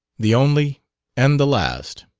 the only and the last.